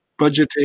budgeting